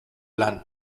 lan